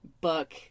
book